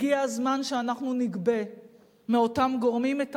הגיע הזמן שאנחנו נגבה מאותם גורמים את